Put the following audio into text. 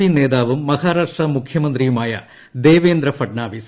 P നേതാവും മഹാരാഷ്ട്ര മുഖ്യമന്ത്രിയുമായ ദേവേന്ദ്രഫഡ് നാവിസ്